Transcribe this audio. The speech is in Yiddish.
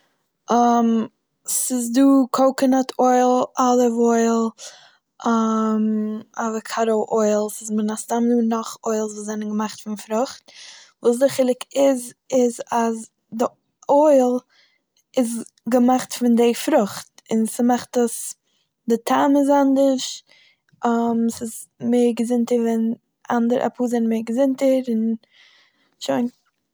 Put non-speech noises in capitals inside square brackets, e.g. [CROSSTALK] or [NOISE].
ס'איז דא קאקענאט אויל, אליוו אויל, [HESITATION] אוועקאדאו אויל, ס'איז מן הסתם דא נאך אוילס וואס זענען געמאכט פון פרוכט, וואס די חילוק איז, איז אז די אויל איז געמאכט פון די פרוכט און ס'מאכט עס די טעם איז אנדערש [HESITATION] ס'איז מער געזונטער ווען אנדערע- אפאר זענען מער געזונטער, און, שוין.